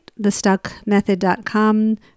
thestuckmethod.com